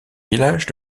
village